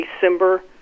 December